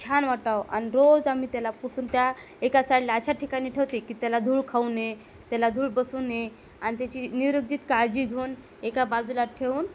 छान वाटावं आणि रोज आम्ही त्याला पुसून त्या एका साईडला अशा ठिकाणी ठेवते की त्याला धूळ खाऊ नये त्याला धूळ बसू नये आणि त्याची नियोजित काळजी घेऊन एका बाजूला ठेवून